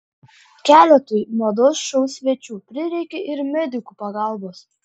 keletui mados šou svečių prireikė ir medikų pagalbos